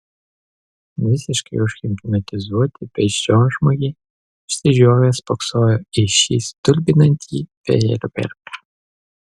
visiškai užhipnotizuoti beždžionžmogiai išsižioję spoksojo į šį stulbinantį fejerverką